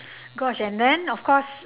gosh and then of course